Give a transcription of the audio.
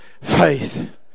faith